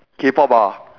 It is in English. K-pop ah